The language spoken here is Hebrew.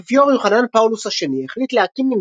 האפיפיור יוחנן פאולוס השני החליט להקים